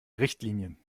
richtlinien